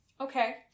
Okay